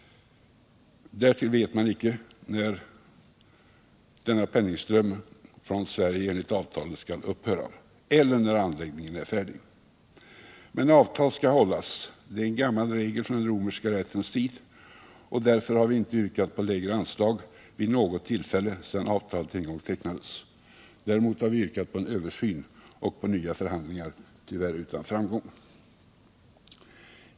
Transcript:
Därtill vet man icke när denna penningström från Sverige enligt avtalet skall upphöra eller när anläggningen är färdig. Men avtal skall hållas — det är en gammal regel från den romerska rättens tid — och därför har vi inte yrkat på lägre anslag vid något tillfälle sedan avtalet en gång tecknades. Däremot har vi yrkat på en översyn och på nya förhandlingar, tyvärr utan framgång.